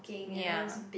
ya